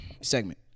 segment